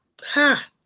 Ha